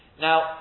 Now